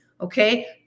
Okay